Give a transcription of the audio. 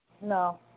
No